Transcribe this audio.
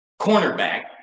cornerback